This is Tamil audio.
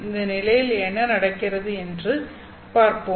இந்த நிலையில் என்ன நடக்கிறது என்று பார்ப்போம்